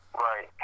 Right